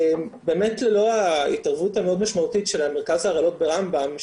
באמת ללא ההתערבות המאוד משמעותית של המרכז להרעלות ברמב"ם,